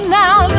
now